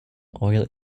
oil